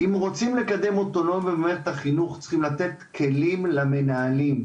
אם רוצים לקדם אוטונומיה במערכת החינוך צריכים לתת כלים למנהלים.